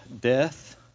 Death